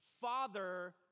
Father